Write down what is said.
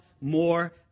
more